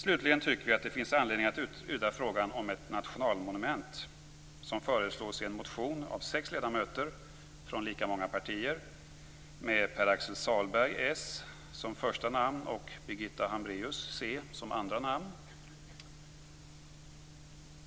Slutligen tycker vi att det finns anledning att utreda frågan om ett nationalmonument, vilket förslås i en motion av sex ledamöter från lika många partier med Hambraeus, c, som andra namn.